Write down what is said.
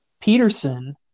Peterson